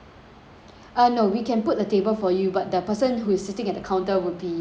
uh no we can put the table for you but the person who is sitting at the counter would be your stuff